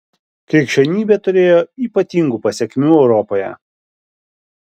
krikščionybė turėjo ypatingų pasekmių europoje